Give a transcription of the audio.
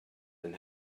and